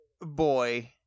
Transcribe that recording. boy